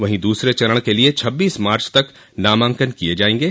वहीं दूसरे चरण के लिए छब्बीस मार्च तक नामांकन किये जायेंगे